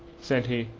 said he.